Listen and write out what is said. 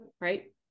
right